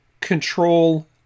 control